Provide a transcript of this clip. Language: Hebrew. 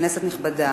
כנסת נכבדה,